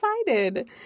excited